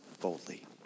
boldly